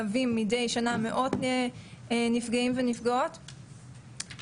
כ מו כן אנחנו גם מקיימים הליכי היוועצות עם נוער באופן ישיר,